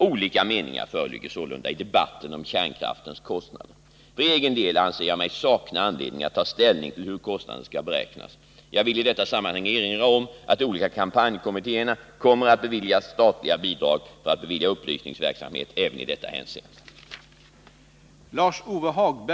Olika meningar föreligger sålunda i debatten om kärnkraftens kostnader. För egen del anser jag mig sakna anledning att ta ställning till hur kostnaderna skall beräknas. Jag vill i detta sammanhang erinra om att de olika kampanjkommittéerna kommer att beviljas statliga bidrag för att bedriva upplysningsverksamhet även i detta hänseende.